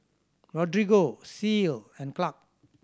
Rodrigo Ceil and Clark